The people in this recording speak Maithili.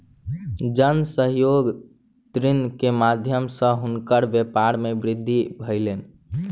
जन सहयोग ऋण के माध्यम सॅ हुनकर व्यापार मे वृद्धि भेलैन